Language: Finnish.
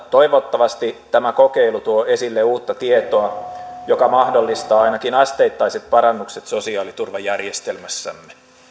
toivottavasti tämä kokeilu tuo esille uutta tietoa joka mahdollistaa ainakin asteittaiset parannukset sosiaaliturvajärjestelmässämme